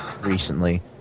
recently